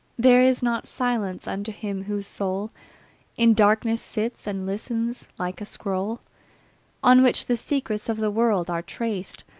there is not silence unto him whose soul in darkness sits and listens. like a scroll on which the secrets of the world are traced,